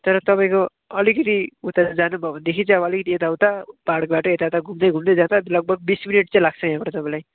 तर तपाईँको अलिकति उताबाट जानुभयो भनेदेखि चाहिँ अब अलिकति यताउता पाहाडको बाटो यताउता घुम्दै घुम्दै जाँदा लगभग बिस मिनट चाहिँ लाग्छ यहाँबाट तपाईँलाई